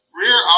rear